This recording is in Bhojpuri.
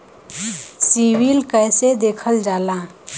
सिविल कैसे देखल जाला?